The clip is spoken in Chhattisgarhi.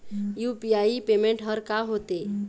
यू.पी.आई पेमेंट हर का होते?